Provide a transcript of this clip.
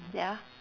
ya